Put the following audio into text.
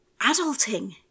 adulting